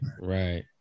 right